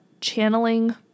channeling